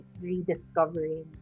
rediscovering